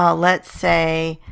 um let's say